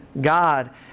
God